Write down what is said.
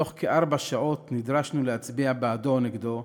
בתוך כארבע שעות נדרשנו להצביע בעדו או נגדו,